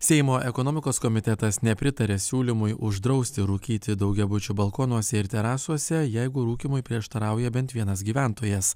seimo ekonomikos komitetas nepritarė siūlymui uždrausti rūkyti daugiabučių balkonuose ir terasose jeigu rūkymui prieštarauja bent vienas gyventojas